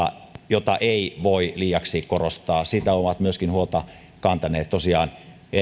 jota ei voi liiaksi korostaa siitä ovat huolta kantaneet tosiaan myöskin eri